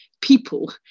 people